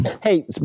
Hey